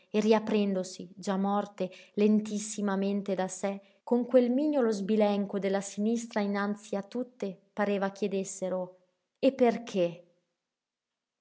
e riaprendosi già morte lentissimamente da sé con quel mignolo sbilenco della sinistra innanzi a tutte pareva chiedessero e perché